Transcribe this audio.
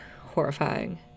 horrifying